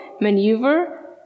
maneuver